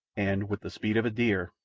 and, with the speed of a deer,